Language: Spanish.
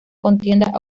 contienda